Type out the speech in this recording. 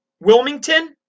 Wilmington